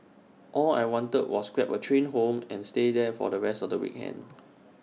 all I wanted to do was grab A train home and stay there for the rest of the weekend